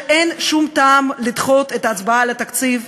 שאין שום טעם לדחות את ההצבעה על התקציב.